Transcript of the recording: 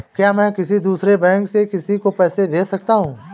क्या मैं किसी दूसरे बैंक से किसी को पैसे भेज सकता हूँ?